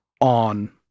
on